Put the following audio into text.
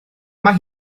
mae